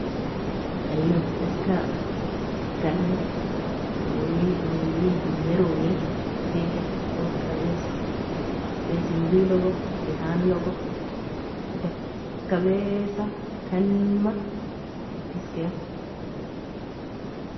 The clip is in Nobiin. Aio iska kalmer oie borwe malironi tigja orka besro, bisendelogo dehanlogo jaka besa kalma orka askero.